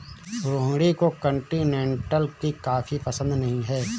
रोहिणी को कॉन्टिनेन्टल की कॉफी पसंद नहीं है